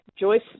Joyce